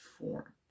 four